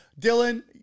Dylan